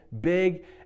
big